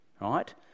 right